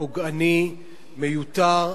פוגעני, מיותר.